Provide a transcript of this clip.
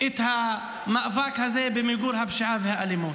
את המאבק הזה למיגור הפשיעה והאלימות.